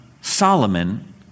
Solomon